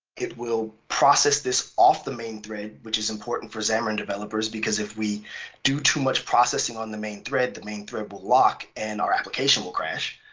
it will process this off the main thread, which is important for xamarin developers because if we do too much processing on the main thread, the main thread will lock and our application will crash.